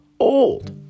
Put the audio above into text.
old